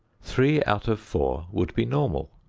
three out of four would be normal,